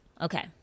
Okay